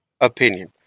opinion